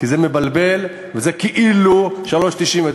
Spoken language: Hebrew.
כי זה מבלבל וזה כאילו 3.99,